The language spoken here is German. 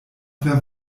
wer